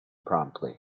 promptly